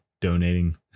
donating